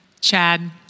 Chad